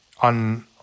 on